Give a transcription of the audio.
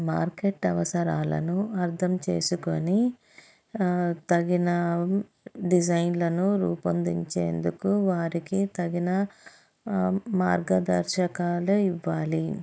market అవసరాలను అర్థం చేసుకొని తగిన డిజైన్లను రూపొందించేందుకు వారికి తగిన మార్గదర్శకాలు ఇవ్వాలి